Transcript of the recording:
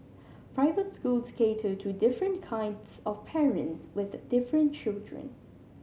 private schools cater to different kinds of parents with different children